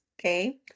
okay